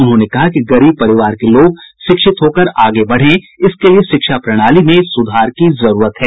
उन्होंने कहा कि गरीब परिवार के लोग शिक्षित होकर आगे बढ़ें इसके लिये शिक्षा प्रणाली में सुधार की जरूरत है